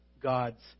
God's